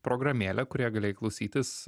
programėlę kurią galėjai klausytis